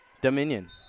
Dominion